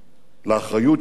לאחריות שלנו,